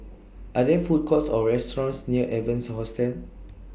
Are There Food Courts Or restaurants near Evans Hostel